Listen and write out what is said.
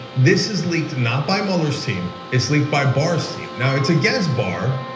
this has leaked not by mueller's team, it's leaked by barr's team. now it's against barr.